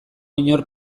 inor